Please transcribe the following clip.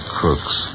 crooks